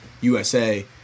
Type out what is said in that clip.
USA